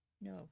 No